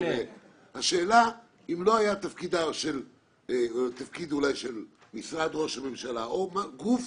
השאלה אם זה לא תפקיד של משרד ראש הממשלה או גוף